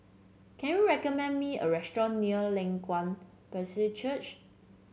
can you recommend me a restaurant near Leng Kwang Baptist Church